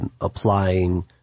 applying